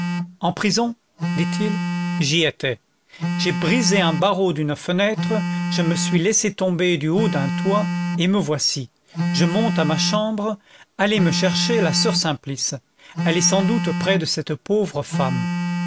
en prison dit-il j'y étais j'ai brisé un barreau d'une fenêtre je me suis laissé tomber du haut d'un toit et me voici je monte à ma chambre allez me chercher la soeur simplice elle est sans doute près de cette pauvre femme